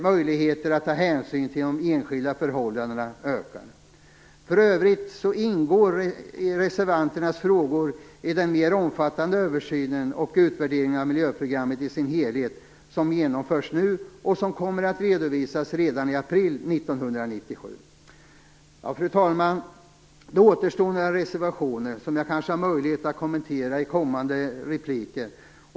Möjligheterna att ta hänsyn till enskilda förhållanden ökar. För övrigt ingår reservanternas frågor i den mer omfattande översyn och utvärdering av miljöprogrammet i dess helhet som genomförs nu, och som kommer att redovisas redan i april 1997. Fru talman! Det återstår några reservationer som jag kanske har möjlighet att kommentera i kommande repliker.